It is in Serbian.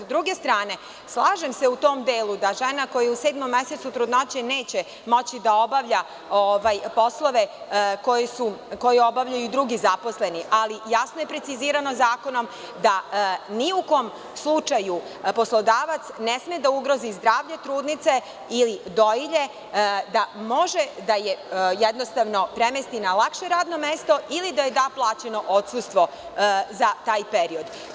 S druge strane, slažem se u tom delu da žena koja je u sedmom mesecu trudnoće, neće moći da obavlja poslove koji obavljaju drugi zaposleni, ali jasno je precizirano zakonom da ni u kom slučaju poslodavac ne sme da ugrozi zdravlje trudnice ili dojilje da može da je premesti na lakše radno mesto ili da joj da plaćeno odsustvo za taj period.